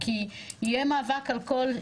כי יהיה מאבק על הכל,